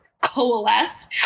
coalesce